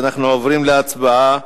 אנחנו עוברים להצבעה